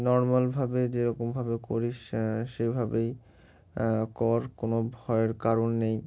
নর্মালভাবে যেরকমভাবে করিস সেভাবেই কর কোনো ভয়ের কারণ নেই